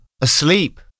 asleep